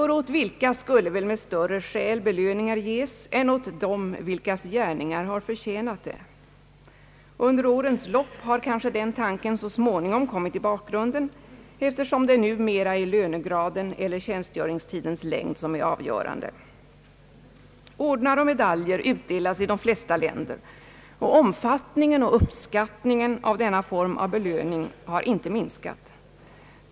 För åt vilka skulle väl med större skäl belöningar ges än åt dem, vilkas gärningar har förtjänat det? Under årens lopp har kanske den tanken så småningom kommit i bakgrunden, eftersom det numera är lönegraden eller tjänstgöringstidens längd som är avgörande. Ordnar och medaljer utdelas i de flesta länder, och omfattningen och uppskattningen av denna form av belöning har inte minskat.